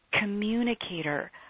Communicator